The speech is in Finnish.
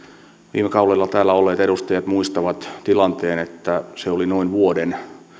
viime kaudella täällä olleet edustajat muistavat tilanteen että se oli noin vuoden